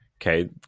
okay